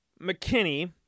McKinney